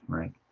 frank.